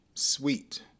sweet